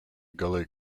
gully